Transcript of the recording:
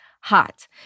hot